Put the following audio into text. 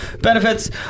benefits